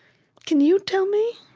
can you tell me?